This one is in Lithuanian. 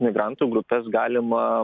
migrantų grupes galima